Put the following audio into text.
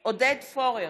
עודד פורר,